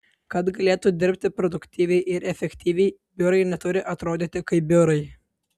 kad galėtų dirbti produktyviai ir efektyviai biurai neturi atrodyti kaip biurai